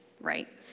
right